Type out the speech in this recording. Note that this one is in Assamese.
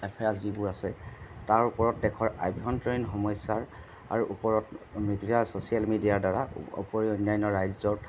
এফেয়াৰ্ছ যিবোৰ আছে তাৰ ওপৰত দেশৰ আভ্যন্তৰীণ সমস্যাৰ আৰু ওপৰত মিডিয়াৰ ছ'চিয়েল মিডিয়াৰ দ্বাৰা উপৰিও অন্যান্য ৰাজ্যত